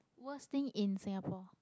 worst thing in singapore